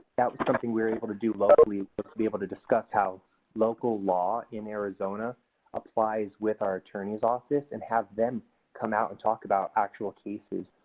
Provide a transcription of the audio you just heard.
that was something we were able to do locally but and be able to discuss how local law in arizona applies with our attorney's office and have them come out and talk about actual cases.